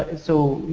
and so,